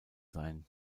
sein